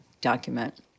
document